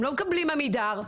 הם לא מקבלים עמידר,